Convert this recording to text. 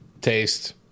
Taste